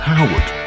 Howard